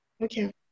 Okay